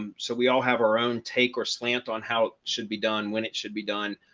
um so we all have our own take or slant on how should be done when it should be done.